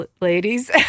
ladies